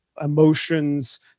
emotions